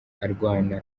arwana